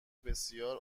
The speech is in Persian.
بسیار